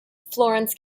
florence